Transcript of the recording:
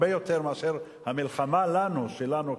מתקיימת הרבה יותר מאשר המלחמה שלנו,